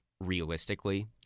realistically